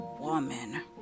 woman